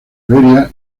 iberia